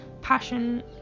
passion